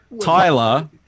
Tyler